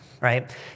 right